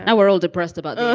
ah we're all depressed about